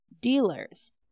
dealers